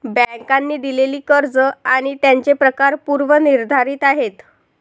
बँकांनी दिलेली कर्ज आणि त्यांचे प्रकार पूर्व निर्धारित आहेत